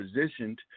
positioned